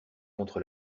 contre